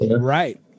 Right